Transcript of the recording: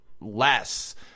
less